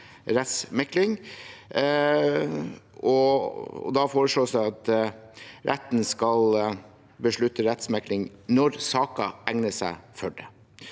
rettsmekling, og da foreslås det at retten skal beslutte rettsmekling når saken egner seg for det.